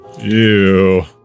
Ew